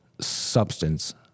substance